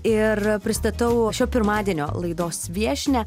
ir pristatau šio pirmadienio laidos viešnią